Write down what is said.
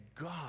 God